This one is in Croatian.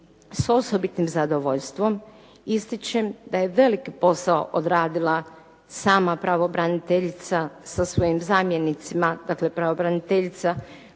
s osobitim zadovoljstvom ističem da je veliki posao odradila sama pravobraniteljica sa svojim zamjenicama, dakle pravobraniteljica